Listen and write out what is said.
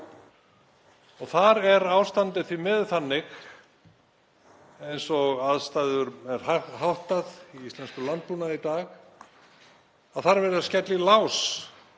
Þar er ástandið því miður þannig eins og aðstæðum er háttað í íslenskum landbúnaði í dag að þar er verið að skella í lás